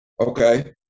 Okay